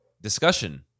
discussion